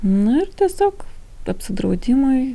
nu ir tiesiog apsidraudimui